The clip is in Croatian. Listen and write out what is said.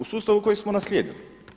U sustavu koji smo naslijedili.